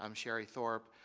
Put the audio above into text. um sherry thorpe,